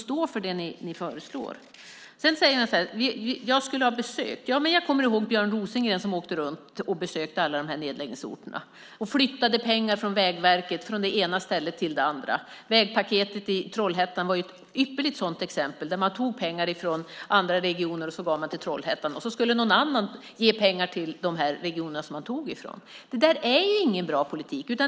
Stå för det ni föreslår! Det sägs att jag skulle ha besökt företagen. Jag kommer ihåg att Björn Rosengren åkte runt och besökte alla nedläggningsorterna och flyttade pengar från Vägverket från det ena stället till det andra. Vägpaketet för Trollhättan är ett ypperligt sådant exempel. Man tog pengar från andra regioner och gav till Trollhättan. Sedan skulle någon annan ge pengar till de regioner som man tog ifrån. Det är ingen bra politik.